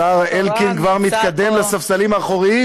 השר אלקין כבר מתקדם לספסלים האחוריים.